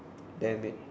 damn it